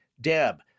Deb